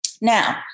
Now